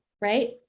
right